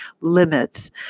limits